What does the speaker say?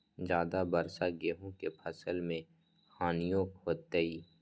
ज्यादा वर्षा गेंहू के फसल मे हानियों होतेई?